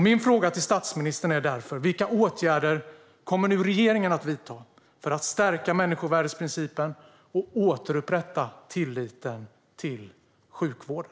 Min fråga till statsministern är därför: Vilka åtgärder kommer regeringen nu att vidta för att stärka människovärdesprincipen och återupprätta tilliten till sjukvården?